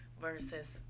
versus